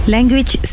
Language